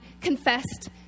confessed